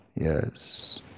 Yes